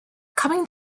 coming